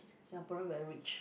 Singaporean very rich